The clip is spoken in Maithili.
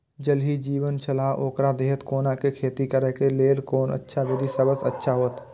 ज़ल ही जीवन छलाह ओकरा देखैत कोना के खेती करे के लेल कोन अच्छा विधि सबसँ अच्छा होयत?